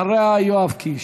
אחריה, יואב קיש.